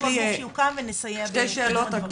עוד 2 שאלות, לענות בקצרה.